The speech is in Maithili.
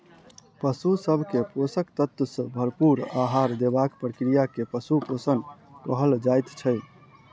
पशु सभ के पोषक तत्व सॅ भरपूर आहार देबाक प्रक्रिया के पशु पोषण कहल जाइत छै